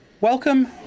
welcome